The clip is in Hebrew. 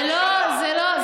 זה לא נכון.